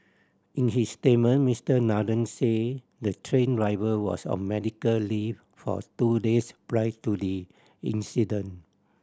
in his statement Mister Nathan said the train driver was on medical leave for two days prior to the incident